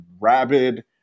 rabid